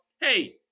hey